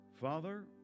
Father